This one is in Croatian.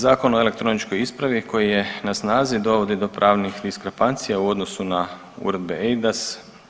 Zakon o elektroničkoj ispravi koji je na snazi dovodi do pravnih diskrepancija u odnosu Uredbe EIDAS.